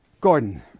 Gordon